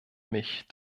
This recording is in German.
mich